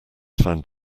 found